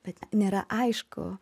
bet nėra aišku